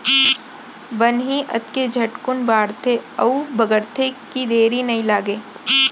बन ही अतके झटकुन बाढ़थे अउ बगरथे कि देरी नइ लागय